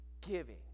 Giving